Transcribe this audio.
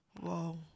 Whoa